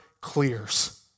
clears